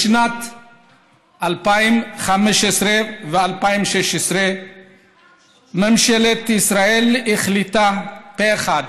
בשנים 2015 ו-2016 ממשלת ישראל החליטה פה אחד